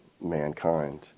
mankind